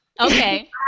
Okay